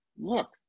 look